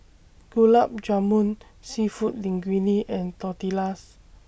Gulab Jamun Seafood Linguine and Tortillas